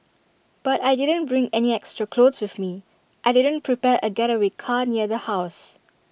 but I didn't bring any extra clothes with me I didn't prepare A getaway car near the house